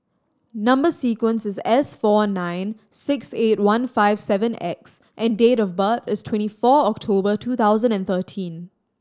number sequence is S four nine six eight one five seven X and date of birth is twenty four October two thousand and thirteen